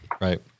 right